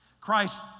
Christ